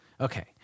Okay